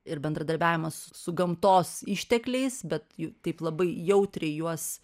ir bendradarbiavimas su gamtos ištekliais bet taip labai jautriai juos